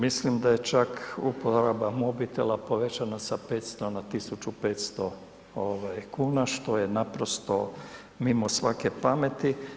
Mislim da je čak uporaba mobitela povećana sa 500 na 1.500 kuna što je ovaj naprosto mimo svake pameti.